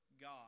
God